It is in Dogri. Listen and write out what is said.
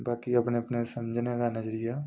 बाकी अपना अपना समझने दा नजरिया